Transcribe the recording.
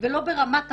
ולא ברמת הפרט: